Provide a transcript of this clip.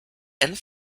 and